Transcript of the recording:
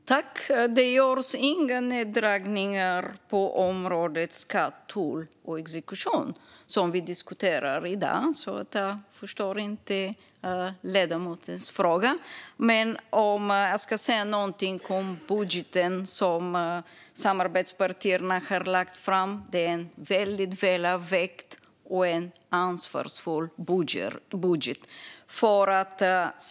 Herr talman! Det görs inga neddragningar på området skatt, tull och exekution, som vi diskuterar i dag. Jag förstår inte ledamotens fråga. Om jag ska säga någonting om budgeten som samarbetspartierna har lagt fram är det en väldigt välavvägd och ansvarsfull budget.